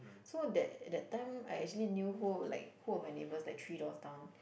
so that that time I actually knew who like who were my neighbours like three doors down